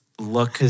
look